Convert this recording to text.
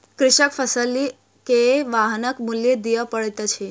कृषकक फसिल के वाहनक मूल्य दिअ पड़ैत अछि